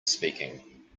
speaking